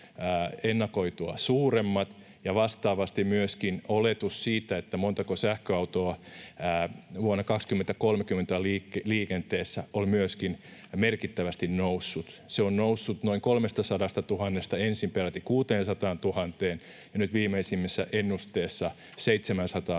ennakoitua suuremmat, ja vastaavasti myöskin oletus siitä, montako sähköautoa vuonna 2030 on liikenteessä, on merkittävästi noussut. Se on noussut noin 300 000:sta ensin peräti 600 000:een ja nyt viimeisimmässä ennusteessa 700